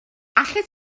allet